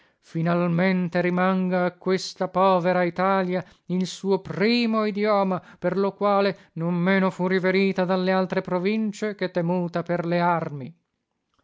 finalmente rimanga a questa povera italia il suo primo idioma per lo quale non meno fu riverita dalle altre provincie che temuta per le armi